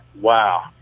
wow